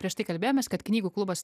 prieš tai kalbėjomės kad knygų klubas